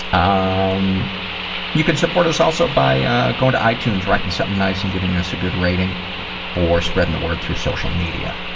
um you can support us also by going to itunes, writing something nice and giving us a good rating or spreading the word through social media.